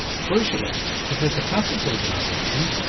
crucially professor cuthbert's organisation,